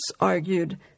argued